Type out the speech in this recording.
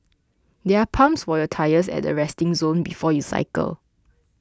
there are pumps for your tyres at the resting zone before you cycle